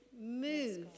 move